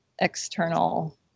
external